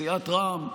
סיעת רע"מ,